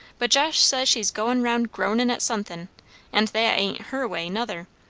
but josh says she's goin' round groanin' at sun'thin' and that ain't her way, nother.